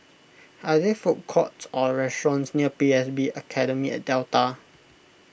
are there food courts or restaurants near P S B Academy at Delta